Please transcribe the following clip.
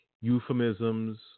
euphemisms